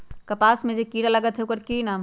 कपास में जे किरा लागत है ओकर कि नाम है?